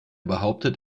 behauptet